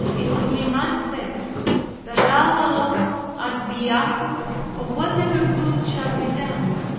it will be manifest that thou alone art the author of whatever good shall be done.